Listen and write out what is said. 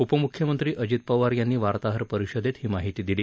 उपमुख्यमंत्री अजित पवार यांनी वार्ताहर परिषदेत ही माहिती दिली